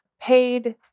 paid